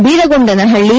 Biragondanahalli